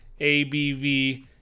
ABV